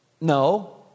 No